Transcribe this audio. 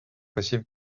possible